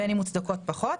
ובין אם מוצדקים פחות,